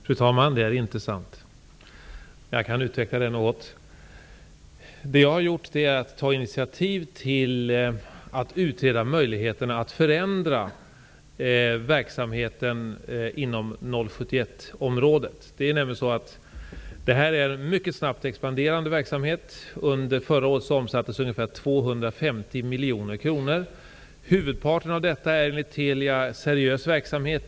Fru talman! Det är inte sant. Jag kan utveckla detta något. Det jag har gjort är att ta initiativ till att utreda möjligheterna att förändra verksamheten inom 071-området. Detta är en mycket snabbt expanderande verksamhet. Under förra året omsattes ungefär 250 miljoner kronor. Huvudparten av dessa tjänster är enligt Telia seriös verksamhet.